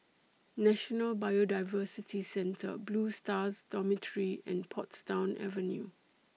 National Biodiversity Centre Blue Stars Dormitory and Portsdown Avenue